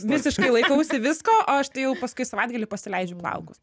visiškai laikausi visko aš tai jau paskui savaitgalį pasileidžiu plaukus